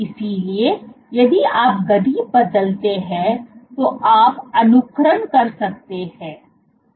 इसलिए यदि आप गति बदलते हैं तो आप अनुकरण कर सकते हैं